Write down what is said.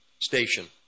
station